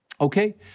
Okay